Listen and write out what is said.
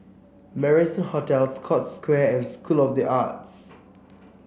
Marrison Hotel Scotts Square and School of the Arts